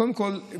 קודם כול,